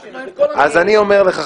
אז אני אומר לך,